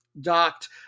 Docked